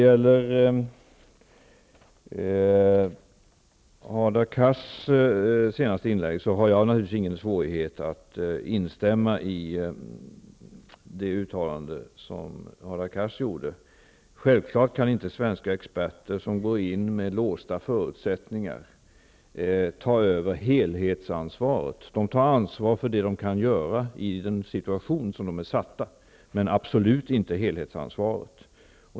Jag har naturligtvis ingen svårighet att instämma i det uttalande som Hadar Cars gjorde i sitt senaste inlägg. Självfallet kan inte svenska experter som går in med låsta förutsättningar ta över helhetsansvaret. De tar ansvar för det de kan göra i den situation som de är satta i, men absolut inte helhetsansvaret.